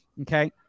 okay